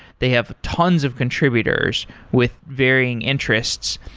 they have tons of contributors with varying interests,